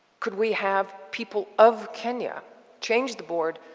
could we have people of kenya change the board?